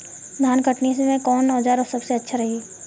धान कटनी मे कौन औज़ार सबसे अच्छा रही?